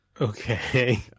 okay